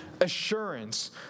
assurance